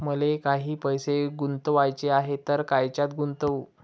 मले काही पैसे गुंतवाचे हाय तर कायच्यात गुंतवू?